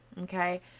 okay